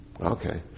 Okay